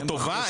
לא טובה,